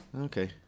Okay